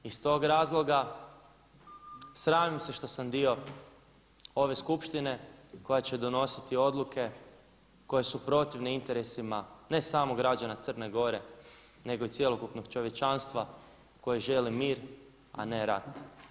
Iz tog razloga sramim se što sam dio ove skupštine koja će donositi odluke koje su protivne interesima ne samo građana Crne Gore, nego i cjelokupnog čovječanstva koje želi mir, a ne rat.